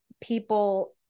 people